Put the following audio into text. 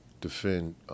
defend